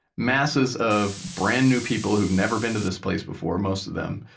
masses of brand new people who've never been to this place before, most of them.